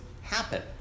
happen